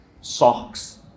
socks